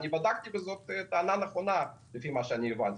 אני בדקתי וזאת טענה נכונה לפי מה שהבנתי.